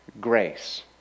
grace